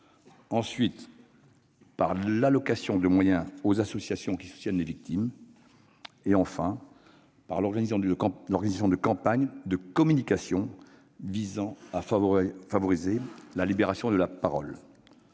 ensuite, par l'allocation de moyens aux associations qui soutiennent les victimes, enfin, par l'organisation de campagnes de communication visant à favoriser la libération de la parole.